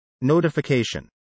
Notification